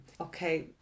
okay